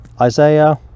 Isaiah